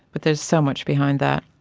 but there's so much behind that.